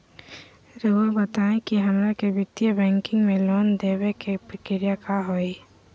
रहुआ बताएं कि हमरा के वित्तीय बैंकिंग में लोन दे बे के प्रक्रिया का होई?